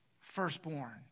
firstborn